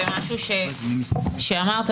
למשהו שאמרת,